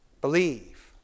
Believe